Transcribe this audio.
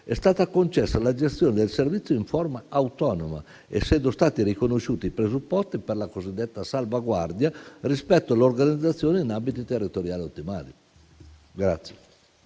è stata concessa la gestione del servizio in forma autonoma, essendo stati riconosciuti i presupposti per la cosiddetta salvaguardia rispetto all'organizzazione in ambiti territoriali ottimali.